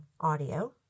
audio